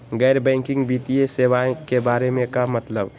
गैर बैंकिंग वित्तीय सेवाए के बारे का मतलब?